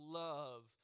love